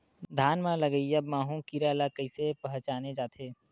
धान म लगईया माहु कीरा ल कइसे पहचाने जाथे?